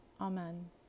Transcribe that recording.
Amen